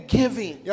giving